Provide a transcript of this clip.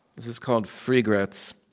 this is called freegrets,